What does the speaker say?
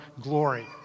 glory